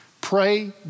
Pray